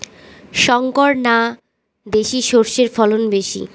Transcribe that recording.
শংকর না দেশি সরষের ফলন বেশী?